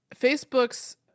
Facebook's